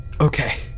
Okay